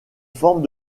forme